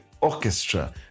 orchestra